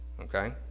okay